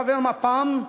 חבר מפ"ם,